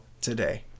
today